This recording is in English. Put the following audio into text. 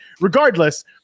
regardless